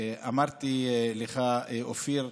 ואמרתי לך, אופיר,